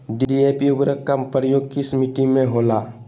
DAP उर्वरक का प्रयोग किस मिट्टी में होला?